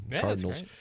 Cardinals